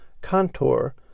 contour